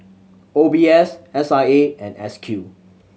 O B S S I A and S Q